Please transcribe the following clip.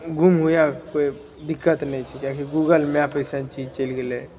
गुम होइ गेल कोइ दिक्कत नहि छै किएकी गूगल मैप अइसन चीज चलि गेलै